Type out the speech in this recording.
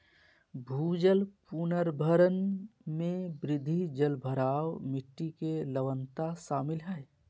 भूजल पुनर्भरण में वृद्धि, जलभराव, मिट्टी के लवणता शामिल हइ